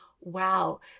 Wow